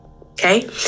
okay